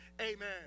Amen